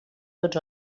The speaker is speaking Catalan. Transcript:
tots